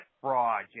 fraud